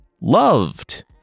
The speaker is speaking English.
Loved